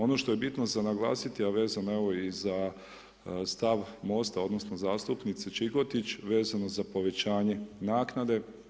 Ono što je bitno za naglasiti, a vezano, evo i za stav Mosta odnosno zastupnice Čikotić vezano za povećanje naknade.